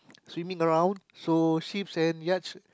swimming around so ships and yacht